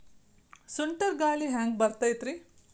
ಸುಂಟರ್ ಗಾಳಿ ಹ್ಯಾಂಗ್ ಬರ್ತೈತ್ರಿ?